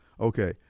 Okay